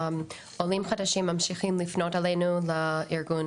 עולים חדשים ממשיכים לפנות אלינו לארגון,